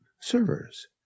servers